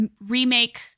remake